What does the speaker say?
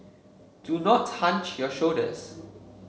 do not hunch your shoulders